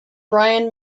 brien